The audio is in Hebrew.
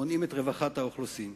מונעים את רווחת האוכלוסין.